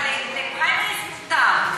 אבל לפריימריז מותר,